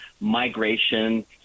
migration